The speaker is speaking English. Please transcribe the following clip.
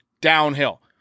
downhill